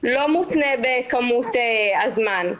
לא מותנה במשך הזמן.